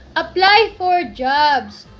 apply for jobs.